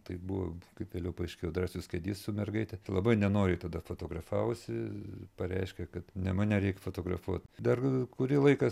tai buvo kaip vėliau paaiškėjo drąsius kedys su mergaite tai labai nenoriai tada fotografavosi pareiškė kad ne mane reik fotografuot dar kurį laiką